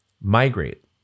migrate